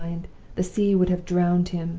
the sea would have drowned him